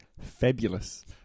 fabulous